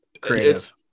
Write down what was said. creative